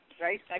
Right